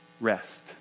Rest